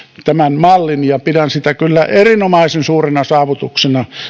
tämän mallin ja pidän sitä kyllä erinomaisen suurena saavutuksena